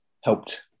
helped